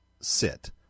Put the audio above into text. sit